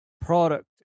product